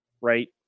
right